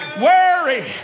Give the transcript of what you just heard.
Worry